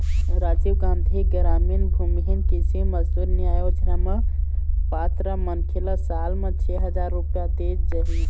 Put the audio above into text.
राजीव गांधी गरामीन भूमिहीन कृषि मजदूर न्याय योजना म पात्र मनखे ल साल म छै हजार रूपिया देय जाही